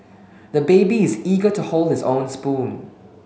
the baby is eager to hold his own spoon